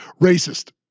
Racist